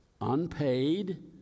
unpaid